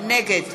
נגד